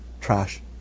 trash